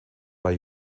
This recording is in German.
bei